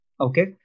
Okay